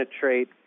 penetrate